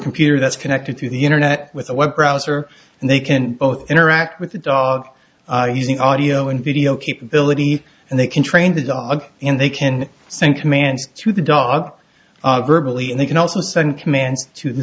computer that's connected to the internet with a web browser and they can both interact with the dog using audio and video capability and they train the dog and they can sing commands to the dog verbally and they can also send commands to the